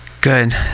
Good